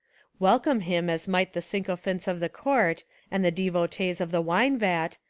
welcome him as might the syco phants of the court and the devotees of the wine vat,